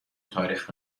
تاریخ